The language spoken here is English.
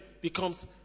becomes